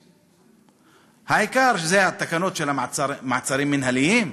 העיקר, שזה התקנות של המעצרים המינהליים,